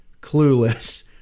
Clueless